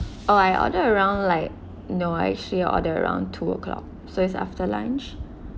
oh I order around like no I actually order around two o'clock so it's after lunch